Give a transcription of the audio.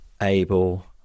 able